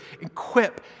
equip